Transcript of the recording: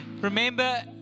Remember